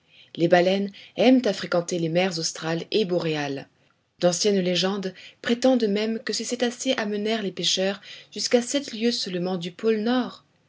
les baleines aiment à fréquenter les mers australes et boréales d'anciennes légendes prétendent même que ces cétacés amenèrent les pêcheurs jusqu'à sept lieues seulement du pôle nord